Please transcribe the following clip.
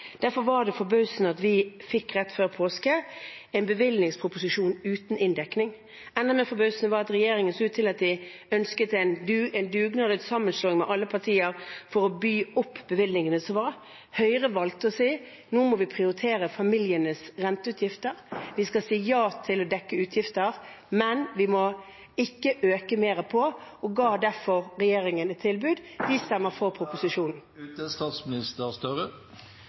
Derfor var det forbausende at vi rett før påske fikk en bevilgningsproposisjon uten inndekning. Enda mer forbausende var det at regjeringen så ut til å ønske en dugnad, sammen med alle partier, for å by opp bevilgningene. Høyre valgte å si at nå må vi prioritere familienes renteutgifter. Vi skal si ja til å dekke utgifter, men vi må ikke øke på mer og ga derfor regjeringen et tilbud. Vi stemmer for … Jeg har lyst til